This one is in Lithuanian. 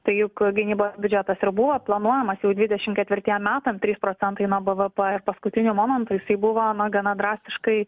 tai juk gynybos biudžetas ir buvo planuojamas jau dvidešimt ketvirtiem metam trys procentai nuo bvp ir paskutiniu momentu jisai buvo gana drastiškai